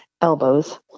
Elbows